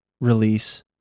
release